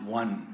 one